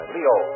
Leo